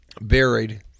buried